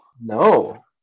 no